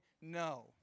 No